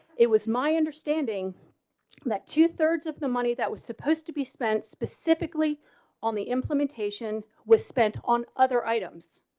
it was my understanding that two thirds of the money that was supposed to be spent specifically on the implementation was spent on other items.